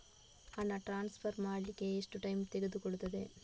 ಹಣ ಟ್ರಾನ್ಸ್ಫರ್ ಅಗ್ಲಿಕ್ಕೆ ಎಷ್ಟು ಟೈಮ್ ತೆಗೆದುಕೊಳ್ಳುತ್ತದೆ?